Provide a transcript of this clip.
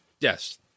Yes